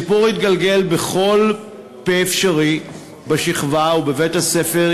הסיפור התגלגל בכל פה אפשרי בשכבה ובבית-הספר,